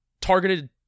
targeted